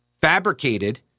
fabricated